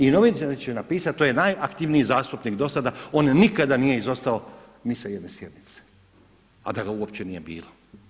I novine će napisati to je najaktivniji zastupnik do sada, on nikada nije izostao ni sa jedne sjednice, a da ga uopće nije ni bilo.